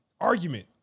argument